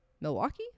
Milwaukee